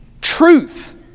truth